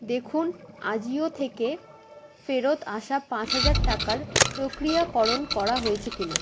দেখুন আজিও থেকে ফেরত আসা পাঁচ হাজার টাকার প্রক্রিয়াকরণ করা হয়েছে কিনা